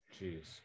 Jeez